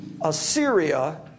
Assyria